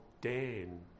Dan